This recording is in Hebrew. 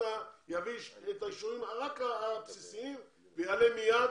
יביא את האישורים הבסיסיים ויעלה מיד.